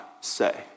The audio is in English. say